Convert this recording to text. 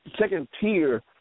second-tier